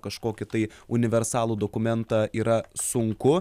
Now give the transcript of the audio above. kažkokį tai universalų dokumentą yra sunku